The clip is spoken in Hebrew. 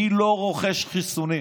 מי לא רוכש חיסונים?